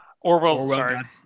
Orwell's